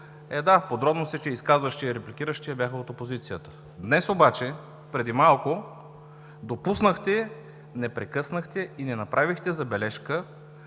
Е, да, подробност е, че изказващият се и репликиращият бяха от опозицията. Днес обаче, преди малко не прекъснахте и не направихте забележка